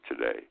today